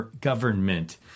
government